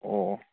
ꯑꯣ ꯑꯣ